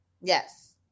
Yes